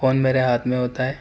phone میرے ہاتھ میں ہوتا ہے